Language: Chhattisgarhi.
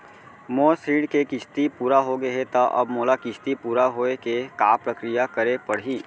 मोर ऋण के किस्ती पूरा होगे हे ता अब मोला किस्ती पूरा होए के का प्रक्रिया करे पड़ही?